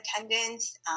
attendance